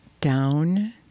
down